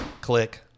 click